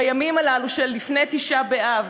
בימים הללו של לפני ט' באב.